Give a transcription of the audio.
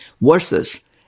versus